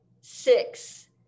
six